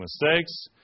mistakes